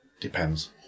Depends